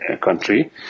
country